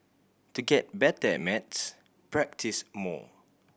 to get better at maths practise more